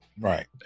Right